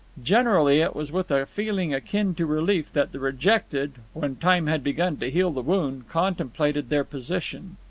generally it was with a feeling akin to relief that the rejected, when time had begun to heal the wound, contemplated their position.